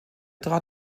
trat